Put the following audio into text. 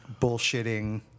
bullshitting